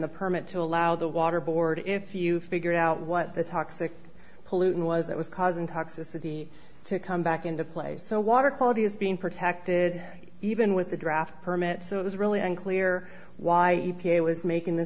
the permit to allow the water board if you figured out what the toxic pollutant was that was causing toxicity to come back into place so water quality is being protected even with a draft permit so it's really unclear why e p a was making th